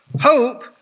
Hope